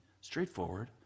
straightforward